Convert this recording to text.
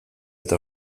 eta